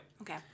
Okay